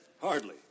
Hardly